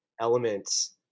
elements